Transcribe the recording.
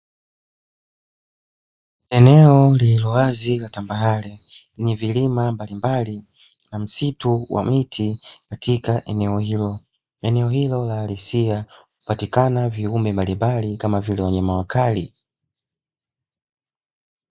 Eneo lililo wazi la tambarare lenye vilima mbali mbali na msitu wa miti, katika eneo hilo, eneo hilo la alisia, hupatikana viumbe mbali mbali kama vile wanyama wakali.